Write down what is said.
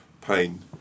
pain